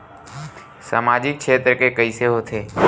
सामजिक क्षेत्र के कइसे होथे?